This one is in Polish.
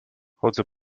chodzę